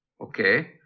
okay